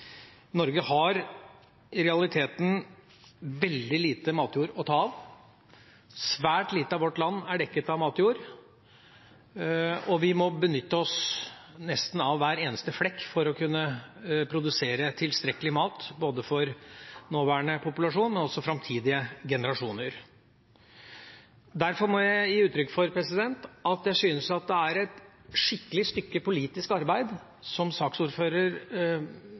Norge har i realiteten veldig lite matjord å ta av. Svært lite av vårt land er dekket av matjord, og vi må benytte oss av nesten hver eneste flekk for å kunne produsere tilstrekkelig mat for både nåværende populasjon og framtidige generasjoner. Derfor må jeg gi uttrykk for at jeg syns det er et skikkelig stykke politisk arbeid som saksordfører